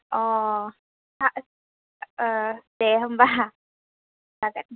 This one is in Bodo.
अह दे होमब्ला जागोन